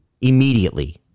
immediately